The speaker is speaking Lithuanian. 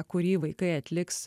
kurį vaikai atliks